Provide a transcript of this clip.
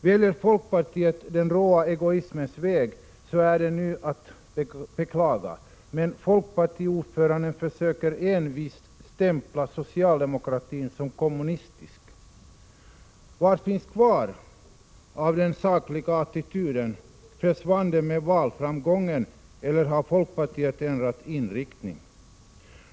Väljer folkpartiet den råa egoismens väg är det att beklaga, men folkpartiordföranden försöker envist stämpla socialdemokratin som kommunistisk. Vad finns kvar av den sakliga attityden? Försvann den med valframgången, eller har folkpartiet ändrat inriktning?